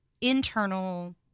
internal